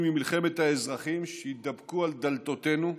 ממלחמת האזרחים שהתדפקו על דלתותינו.